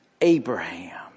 Abraham